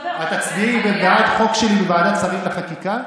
את תצביעי בעד חוק שלי בוועדת שרים לחקיקה?